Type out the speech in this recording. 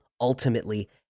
ultimately